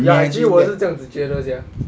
ya actually 我也是这样觉得 sia